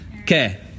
Okay